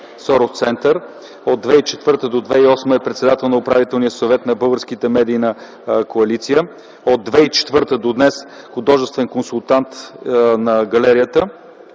„Сорос център”. От 2004 до 2008 г. е председател на Управителния съвет на Българската медийна коалиция. От 2004 г. до днес е художествен консултант на Галерията.